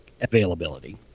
availability